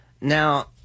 Now